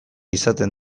izaten